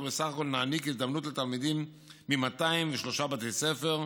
ובסך הכול נעניק הזדמנות לתלמידים מ-203 בתי ספר,